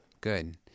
good